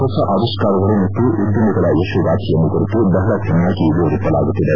ಹೊಸ ಆವಿಷ್ಕಾರಗಳು ಮತ್ತು ಉದ್ಯಮಿಗಳ ಯಶೋಗಾಥೆಯನ್ನು ಕುರಿತು ಬಹಳ ಚೆನ್ನಾಗಿ ವಿವರಿಸಲಾಗುತ್ತಿದೆ